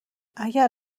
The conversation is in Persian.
اگر